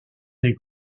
des